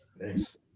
Thanks